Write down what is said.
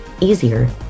easier